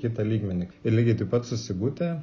kitą lygmenį ir lygiai taip pat su sigute